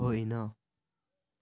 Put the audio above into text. होइन